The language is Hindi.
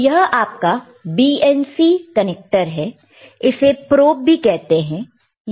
तो यह आपका BNC कनेक्टर है इसे प्रोब भी कहते हैं